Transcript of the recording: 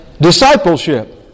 Discipleship